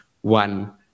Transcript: one